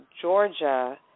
Georgia